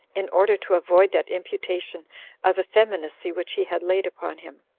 in order to avoid that imputation of effeminacy which he had laid upon him.